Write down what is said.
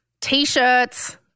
T-shirts